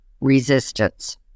resistance